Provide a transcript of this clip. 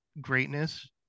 greatness